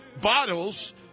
bottles